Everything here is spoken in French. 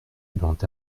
doit